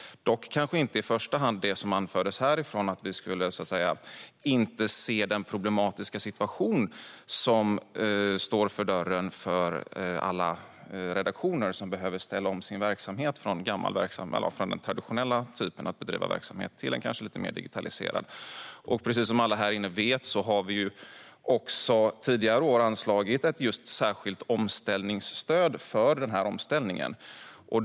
Det handlar dock kanske inte i första hand om det som anfördes härifrån om att vi inte skulle se den problematiska situation som står för dörren för alla redaktioner som behöver ställa om sin verksamhet från det traditionella sättet att bedriva verksamhet till en mer digitaliserad form. Som alla här inne vet har vi också tidigare år anslagit ett särskilt omställningsstöd för denna omställning.